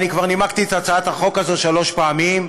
אני כבר נימקתי את הצעת החוק הזאת שלוש פעמים.